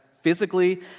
physically